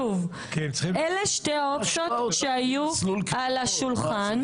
שוב, אלה שתי האופציות שהיו על השולחן.